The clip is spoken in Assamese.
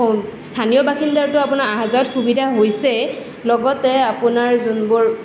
স্থানীয় বাসিন্দাৰতো আপোনাৰ আহা যোৱাত সুবিধা হৈছেই লগতে আপোনাৰ যোনবোৰ